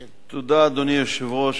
תודה, אדוני היושב-ראש.